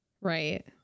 Right